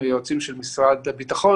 היועצים של משרד הביטחון,